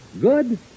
good